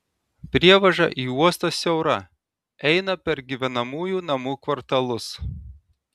prievaža į uostą siaura eina per gyvenamųjų namų kvartalus